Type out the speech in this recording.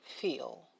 feel